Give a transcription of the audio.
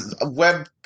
web